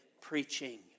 preaching